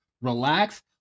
relax